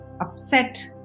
upset